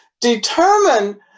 determine